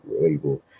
label